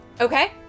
Okay